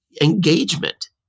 engagement